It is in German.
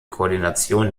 koordination